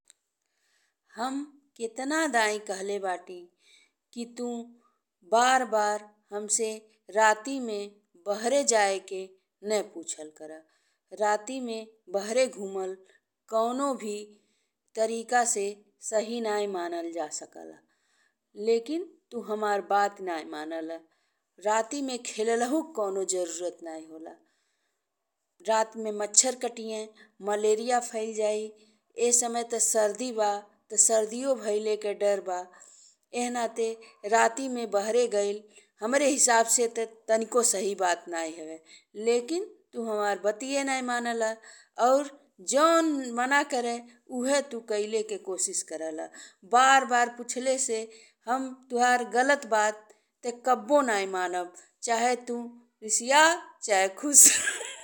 हम कितना दम कहले बानी कि तू बार-बार हमसे राति में बहरा जाए के ने पुछल करा। राति में बहरा घुमल कउनों भी तरीका से सही नहीं मानल जा सकला, लेकिन तू हमार बात नहीं मनेला। राति में खेललाहु के कउनों जरूरत नहीं होला। रात में मच्छर काटीहे, मलेरिया फैल जाइ। एह समय ते सर्दी बा ते सर्दियो भइले के डर बा। एह नाते राति में बहरा गइल हमरे हिसाब से त तरीका सही बात नहीं हवे, लेकिन तू हमार बातिए नहीं मनेला और जोन मना करे उहे तू कइले के कोशिश करेला। बार बार पुछले से हम तुहार गलत बात ते कब्बो नहीं मनब चाहे तू रीसिया चाहे खुश।